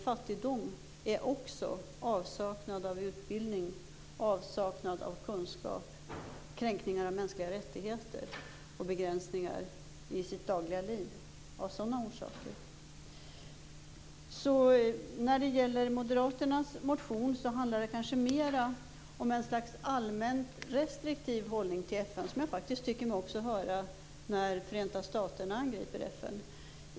Fattigdom är också avsaknad av utbildning, avsaknad av kunskap, kränkningar av mänskliga rättigheter och begränsningar i det dagliga livet. Moderaternas motion handlar om en mer allmänt restriktiv hållning till FN. Det har jag tyckt mig höra när Förenta staterna har angripit FN.